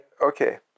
Okay